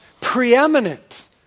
preeminent